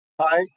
Hi